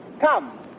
Come